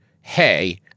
hey